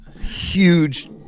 huge